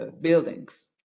buildings